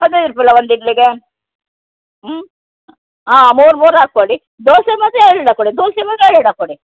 ಹದಿನೈದು ರೂಪಾಯಿ ಅಲಾ ಒಂದು ಇಡ್ಲಿಗೆ ಹ್ಞೂ ಹಾಂ ಮೂರು ಮೂರು ಹಾಕಿ ಕೊಡಿ ದೋಸೆ ಮಾತ್ರ ಎರಡೆರಡು ಹಾಕಿ ಕೊಡಿ ದೋಸೆ ಮಾತ್ರ ಎರಡು ಹಾಕಿ ಕೊಡಿ